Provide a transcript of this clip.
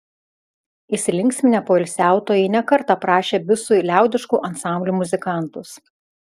įsilinksminę poilsiautojai ne kartą prašė bisui liaudiškų ansamblių muzikantus